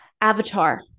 avatar